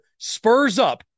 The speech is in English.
SPURSUP